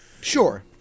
sure